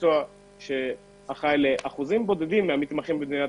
מקצוע שאחראי לאחוזים בודדים מהמתמחים במדינה.